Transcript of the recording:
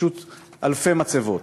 פשוט אלפי מצבות,